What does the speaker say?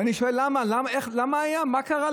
ואני שואל למה, מה קרה?